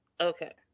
Okay